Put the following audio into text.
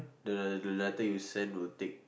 the the letter your send will take